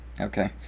Okay